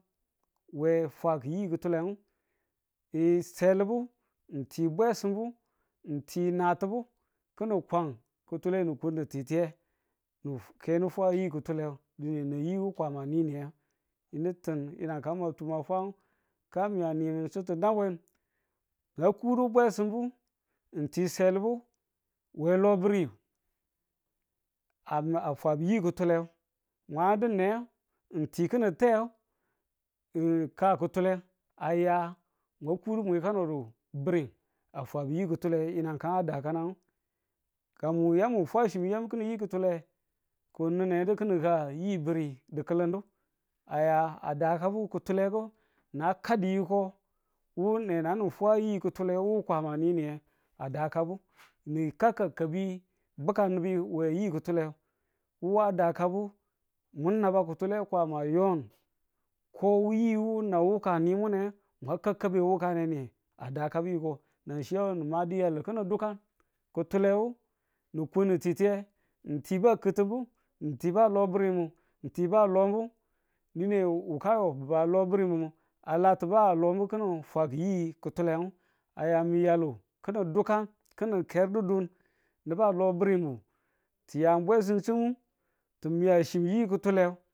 we fwa ku yi kutule ng selibu ng ti bwesibu ng ti natubu ki̱nin kwa, kutule ni kun ni titiye ng ke ni fwa yi kutule dine nan yiwu Kwama a nini̱ne yinu ti̱n yina ka ma tuma fwa ng, ka mwa mwan soto da we we kudu bwesumu ng ti selubu we lo bi̱ri a- a fwa bu yi ki̱tule mwa yadu ne ng ti ki̱nin te ng ka kutule a ya mwa kudu mwi kano do biri a fwabu yi kutule yi̱nang kan a dakanan. ka mwan yamu fwa chi min yam ki̱nin yi kutule nge, ki̱ ninedu ki̱nin ka yi biri di̱kilinu a ya a dakabu kutulenu na kadu yiko wu ne nan fwa yi kutule nu kwama nininne a dakabu mwun ka ka kabi bakan bi mwa yi kutule nuwa da kabe nun naba kutule Kwama yong ko wu yi nan wu ka nimune mwa ka kabe wuka ne niye a dakabu yiko nan chi a yo ni ma diyalu ki̱nin dukan kutulewu nikun ni titiye ng ti ba ki̱tibu ng ti ba lobirimu ng ti ba lonu dine wukayo bi̱ba lobirimu a la ti ba lomu ki̱nin fwaku yi kutulenu a ya mi yalu kinin dukan ki̱nin ker dudun nubu a lobirimu, ti ya bwesinchi, ti miya chi yi kutule